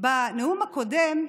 בנאום הקודם,